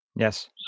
Yes